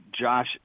Josh